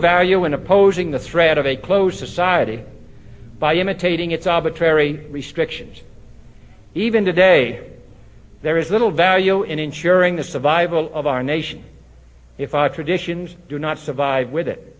value in opposing the threat of a closed society by imitating its object very restrictions even today there is little value in ensuring the survival of our nation if our traditions do not survive with it